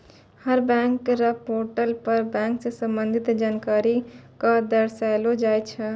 हर bank र portal पर bank स संबंधित जानकारी क दर्शैलो जाय छै